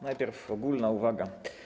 Najpierw ogólna uwaga.